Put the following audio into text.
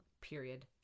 period